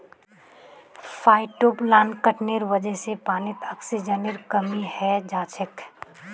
फाइटोप्लांकटनेर वजह से पानीत ऑक्सीजनेर कमी हैं जाछेक